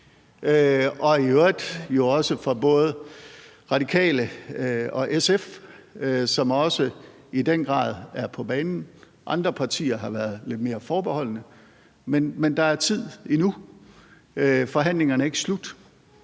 og i øvrigt jo også fra både Radikale og SF, som også i den grad er på banen. Andre partier har været lidt mere forbeholdne, men der er tid endnu. Forhandlingerne er ikke slut.